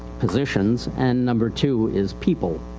positions. and number two is people.